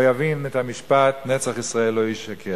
לא יבין את המשפט "נצח ישראל לא ישקר".